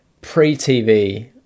pre-tv